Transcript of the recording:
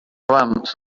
ants